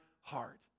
heart